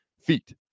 feet